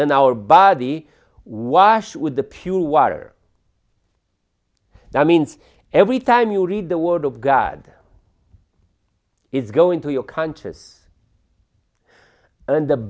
and our body wash with the pure water that means every time you read the word of god is going to your conscious and the